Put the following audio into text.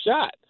shot